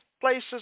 places